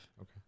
Okay